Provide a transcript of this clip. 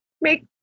make